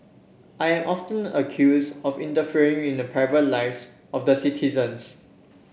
I am often accuse of interfering in the private lives of citizens